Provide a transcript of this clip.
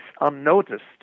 unnoticed